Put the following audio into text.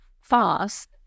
fast